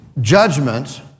Judgment